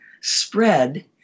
spread